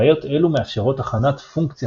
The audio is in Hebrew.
בעיות אילו מאפשרות הכנת פונקציה